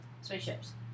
Spaceships